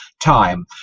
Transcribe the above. time